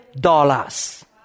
dollars